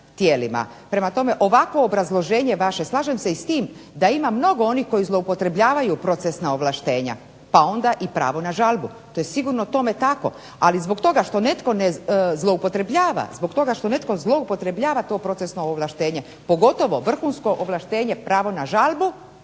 Prema tome ovakvo obrazloženje vaše, slažem se i s tim da ima mnogo onih koji zloupotrebljavaju procesna ovlaštenja, pa onda i pravo na žalbu. To je sigurno tome tako. Ali zbog toga što netko ne zloupotrebljava, zbog toga što netko zloupotrebljava to procesno ovlaštenje, pogotovo vrhunsko ovlaštenje pravo na žalbu